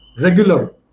regular